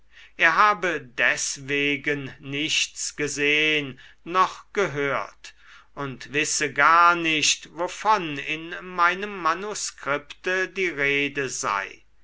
er habe deswegen nichts gesehn noch gehört und wisse gar nicht wovon in meinem manuskripte die rede sei